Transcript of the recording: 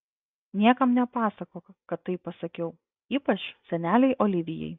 niekam nepasakok kad taip pasakiau ypač senelei olivijai